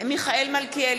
מיכאל מלכיאלי,